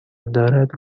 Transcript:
دارد